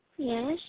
Yes